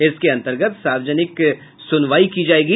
इसके अंतर्गत सार्वजनिक सुनवाई की जायेगी